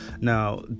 Now